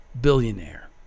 billionaire